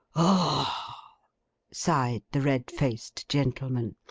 ah sighed the red-faced gentleman.